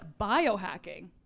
biohacking